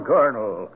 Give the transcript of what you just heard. Colonel